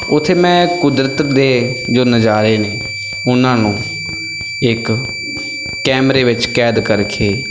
ਉੱਥੇ ਮੈਂ ਕੁਦਰਤ ਦੇ ਜੋ ਨਜ਼ਾਰੇ ਨੇ ਉਹਨਾਂ ਨੂੰ ਇੱਕ ਕੈਮਰੇ ਵਿੱਚ ਕੈਦ ਕਰਕੇ